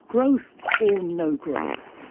growth or no growth?